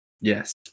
Yes